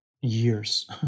Years